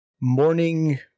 morning